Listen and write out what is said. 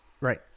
Right